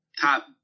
top